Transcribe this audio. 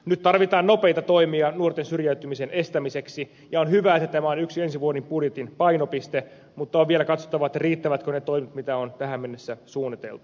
nyt tarvitaan nopeita toimia nuorten syrjäytymisen estämiseksi ja on hyvä että tämä on yksi ensi vuoden budjetin painopiste mutta on vielä katsottava riittävätkö ne toimet mitä on tähän mennessä suunniteltu